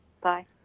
Bye